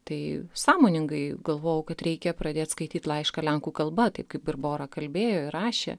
tai sąmoningai galvojau kad reikia pradėt skaityt laišką lenkų kalba taip kaip ir barbora kalbėjo ir rašė